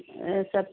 ചെർ